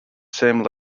same